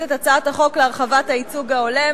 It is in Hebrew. את הצעת החוק להרחבת הייצוג ההולם